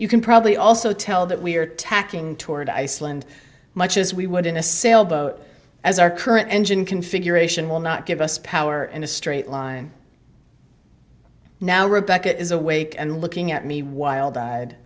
you can probably also tell that we are tacking toward iceland much as we would in a sailboat as our current engine configuration will not give us power in a straight line now rebecca is awake and looking at me while died